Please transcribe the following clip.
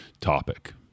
topic